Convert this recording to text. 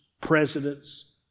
presidents